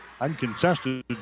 uncontested